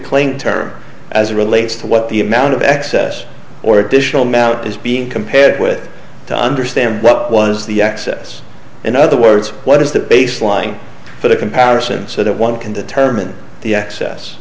claim terms as it relates to what the amount of excess or additional mount is being compared with to understand what was the excess in other words what is the baseline for the comparison so that one can determine the excess